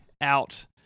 out